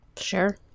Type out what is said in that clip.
Sure